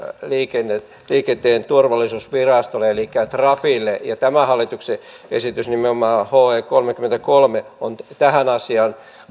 liikenteen turvallisuusvirastolle elikkä trafille tämä hallituksen esitys nimenomaan he kolmekymmentäkolme on tähän asiaan